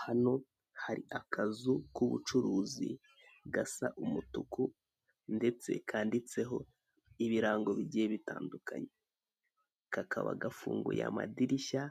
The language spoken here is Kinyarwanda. Hano hari akazu k'ubucuruzi gasa umutuku ndetse kanditseho ibirango bigiye bitandukanye. Kakaba gafunguye amadirishya